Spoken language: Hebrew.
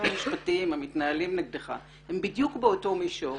המשפטיים המתנהלים נגדך הם בדיוק באותו מישור,